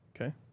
Okay